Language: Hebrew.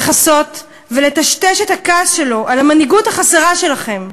לכסות ולטשטש את הכעס שלו על המנהיגות החסרה שלכם,